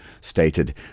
stated